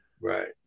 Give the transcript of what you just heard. Right